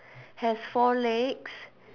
has four legs